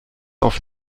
auf